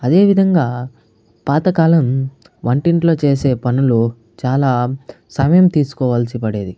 అదేవిధంగా పాతకాలం వంటింట్లో చేసే పనులు చాలా సమయం తీసుకోవాల్సి పడేది